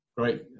great